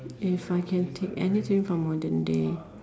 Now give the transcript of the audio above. if I can take anything from modern day